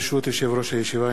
ברשות יושב-ראש הישיבה,